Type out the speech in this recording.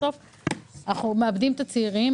בסוף אנחנו מאבדים את הצעירים,